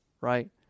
right